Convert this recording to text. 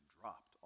dropped